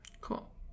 Cool